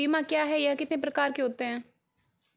बीमा क्या है यह कितने प्रकार के होते हैं?